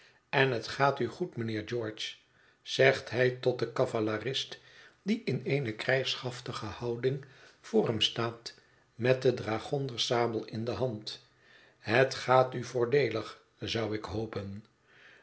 en het gaat u goed mijnheer george zegt hij tot den cavalerist die in eene krijgshaftige houding voor hem staat met de dragonderssabel in de hand het gaat u voordeelig zou ik hopen